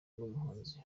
n’umuhanzi